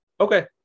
Okay